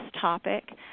topic